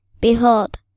Behold